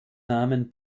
namen